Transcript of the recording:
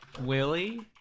Willie